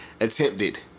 attempted